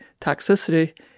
toxicity